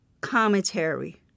commentary